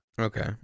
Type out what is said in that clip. Okay